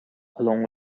along